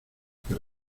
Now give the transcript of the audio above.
que